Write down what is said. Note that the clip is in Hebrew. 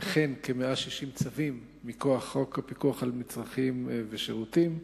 וכן כ-160 צווים מכוח חוק הפיקוח על מצרכים ושירותים,